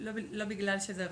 לא בגלל שזה רחוק,